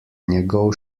njegov